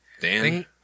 dan